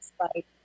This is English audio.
Right